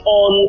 on